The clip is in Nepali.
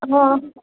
अँ